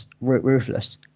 ruthless